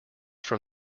from